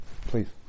please